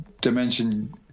dimension